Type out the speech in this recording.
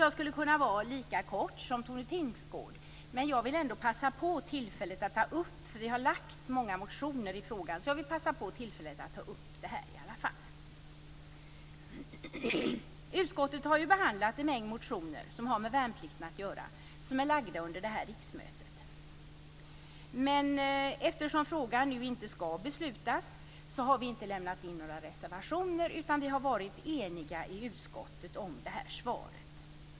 Jag skulle kunna vara lika kort som Tone Tingsgård, men vi har väckt många motioner i frågan. Därför vill jag ändå passa på tillfället att ta upp detta. Utskottet har behandlat en mängd motioner som är väckta under det här riksmötet som har med värnplikten att göra. Eftersom det inte ska fattas beslut i frågan, har vi inte lämnat in några reservationer. Vi har varit eniga i utskottet om det här svaret.